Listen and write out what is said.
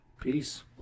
Peace